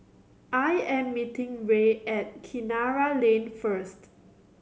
I am meeting Rae at Kinara Lane first